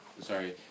Sorry